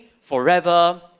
forever